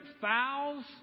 fouls